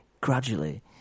gradually